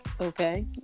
Okay